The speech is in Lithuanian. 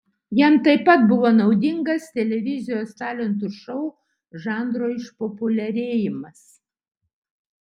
jam taip pat buvo naudingas televizijos talentų šou žanro išpopuliarėjimas